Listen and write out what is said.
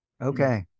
okay